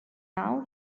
now